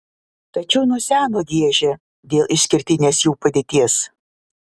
tačiau nuo seno giežė dėl išskirtinės jų padėties